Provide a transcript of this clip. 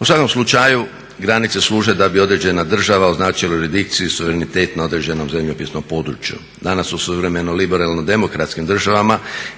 U svakom slučaju granice služe da bi određena država označila jurisdikciju i suverenitet na određenom zemljopisnom području. Danas u suvremenom liberalno demokratskim državama